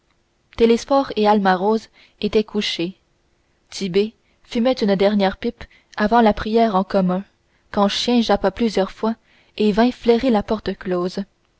télesphore et alma rose étaient couchés tit'bé fumait une dernière pipe avant la prière en commun quand chien jappa plusieurs fois et vint flairer la porte close